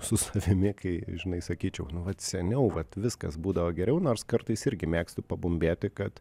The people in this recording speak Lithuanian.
su savimi kai žinai sakyčiau nu vat seniau vat viskas būdavo geriau nors kartais irgi mėgstu pabumbėti kad